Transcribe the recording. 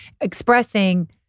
expressing